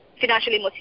financially